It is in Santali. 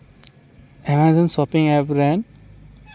ᱮᱢᱟᱡᱚᱱ ᱥᱚᱯᱤᱝ ᱮᱯ ᱨᱮ